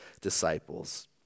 disciples